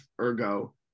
Ergo